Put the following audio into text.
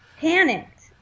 panicked